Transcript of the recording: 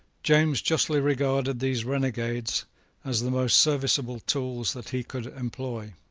james justly regarded these renegades as the most serviceable tools that he could employ.